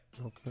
Okay